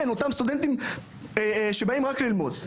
כן, אותם סטודנטים שבאים רק ללמוד.